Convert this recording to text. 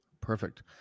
Perfect